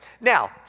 Now